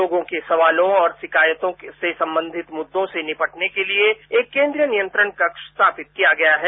लोगों के सवालों और शिकायतों से संबंधित मुद्दों से निपटने के लिए एक केन्द्र नियंत्रण कक्ष स्थापित किया गया है